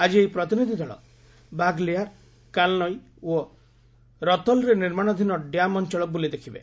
ଆଜି ଏହି ପ୍ରତିନିଧ୍ୟ ଦଳ ବାଘ୍ଲିହାର୍ କାଲ୍ନଇ ଓ ରତଲ୍ରେ ନିର୍ମାଣାଧୀନ ଡ୍ୟାମ୍ ଅଞ୍ଚଳ ବୁଲି ଦେଖିବେ